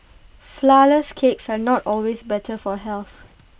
Flourless Cakes are not always better for health